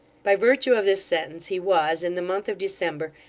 by virtue of this sentence he was, in the month of december,